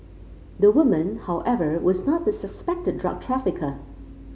the woman however was not the suspected drug trafficker